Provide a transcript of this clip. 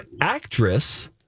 actress